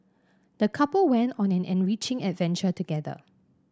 the couple went on an enriching adventure together